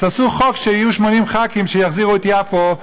אז תעשו חוק שיהיו 80 ח"כים שיחזירו את יפו,